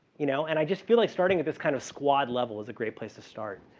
you know. and i just feel like starting at this kind of squad-level is a great place to start.